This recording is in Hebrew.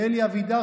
אלי אבידר,